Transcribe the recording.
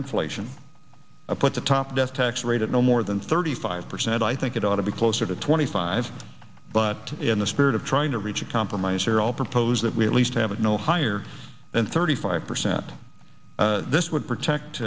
inflation i put the top death tax rate at no more than thirty five percent i think it ought to be closer to twenty five but in the spirit of trying to reach a compromise here i'll propose that we at least have no higher than thirty five percent this would protect